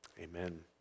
amen